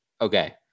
Okay